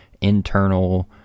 internal